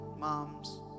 Moms